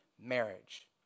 marriage